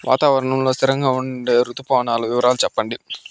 వాతావరణం లో స్థిరంగా ఉండే రుతు పవనాల వివరాలు చెప్పండి?